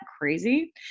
crazy